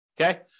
Okay